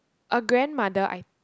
a grandmother I